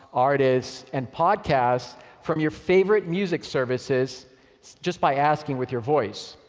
artists, and podcasts from your favorite music services just by asking with your voice.